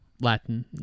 Latin